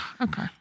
Okay